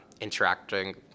interacting